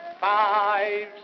five